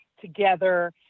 together